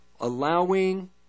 allowing